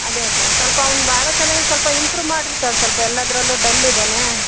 ಅದೇ ಸರ್ ಸ್ವಲ್ಪ ಅವ್ನು ಭಾಳ ಚೆನ್ನಾಗಿ ಸ್ವಲ್ಪ ಇಂಪ್ರು ಮಾಡಿರಿ ಸರ್ ಸ್ವಲ್ಪ ಎಲ್ಲಾದರಲ್ಲು ಡಲ್ ಇದ್ದಾನೆ